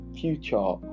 future